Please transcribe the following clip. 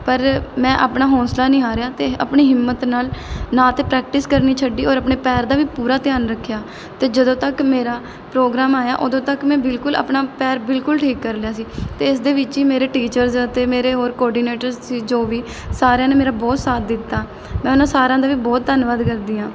ਪਰ ਮੈਂ ਆਪਣਾ ਹੌਸਲਾ ਨਹੀਂ ਹਾਰਿਆ ਅਤੇ ਆਪਣੀ ਹਿੰਮਤ ਨਾਲ ਨਾ ਤਾਂ ਪ੍ਰੈਕਟਿਸ ਕਰਨੀ ਛੱਡੀ ਔਰ ਆਪਣੇ ਪੈਰ ਦਾ ਵੀ ਪੂਰਾ ਧਿਆਨ ਰੱਖਿਆ ਅਤੇ ਜਦੋਂ ਤੱਕ ਮੇਰਾ ਪ੍ਰੋਗਰਾਮ ਆਇਆ ਉਦੋਂ ਤੱਕ ਮੈਂ ਬਿਲਕੁਲ ਆਪਣਾ ਪੈਰ ਬਿਲਕੁਲ ਠੀਕ ਕਰ ਲਿਆ ਸੀ ਅਤੇ ਇਸ ਦੇ ਵਿੱਚ ਹੀ ਮੇਰੇ ਟੀਚਰਜ਼ ਅਤੇ ਮੇਰੇ ਹੋਰ ਕੋਡੀਨੇਟਰ ਸੀ ਜੋ ਵੀ ਸਾਰਿਆਂ ਨੇ ਮੇਰਾ ਬਹੁਤ ਸਾਥ ਦਿੱਤਾ ਮੈਂ ਉਹਨਾਂ ਸਾਰਿਆਂ ਦਾ ਵੀ ਬਹੁਤ ਧੰਨਵਾਦ ਕਰਦੀ ਹਾਂ